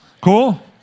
Cool